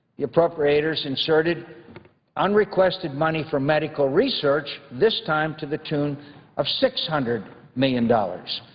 the appropriators inserted unrequested money for medical research, this time to the tune of six hundred million dollars.